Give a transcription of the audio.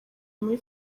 muri